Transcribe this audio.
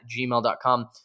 gmail.com